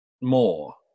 more